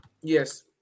Yes